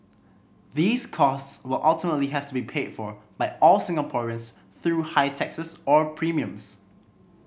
these costs will ultimately have to be paid for by all Singaporeans through higher taxes or premiums